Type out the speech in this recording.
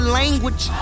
language